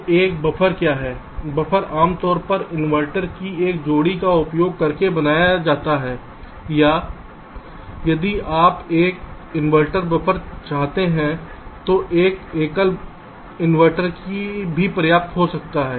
तो एक बफर क्या है बफर आमतौर पर इनवर्टर की एक जोड़ी का उपयोग करके बनाया जाता है या यदि आप एक इनवर्टर बफर चाहते हैं तो एक एकल इनवर्टर भी पर्याप्त हो सकता है